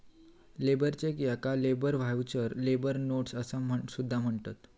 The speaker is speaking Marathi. लेबर चेक याका लेबर व्हाउचर, लेबर नोट्स असा सुद्धा म्हणतत